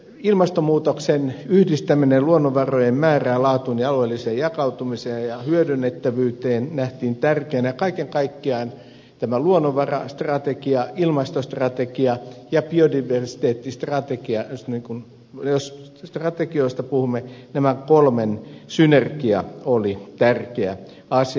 ilmastonmuutoksen yhdistäminen luonnonvarojen määrään laatuun ja alueelliseen jakautumiseen ja hyödynnettävyyteen nähtiin tärkeänä ja kaiken kaikkiaan tämä luonnonvarastrategia ilmastostrategia ja biodiversiteettistrategia jos strategioista puhumme näiden kolmen synergia oli tärkeä asia